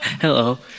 hello